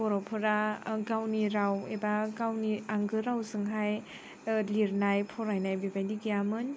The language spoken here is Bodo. बर'फोरा गावनि राव एबा गावनि आंगो रावजोंहाय लिरनाय फरायनाय बेबायदि गैयामोन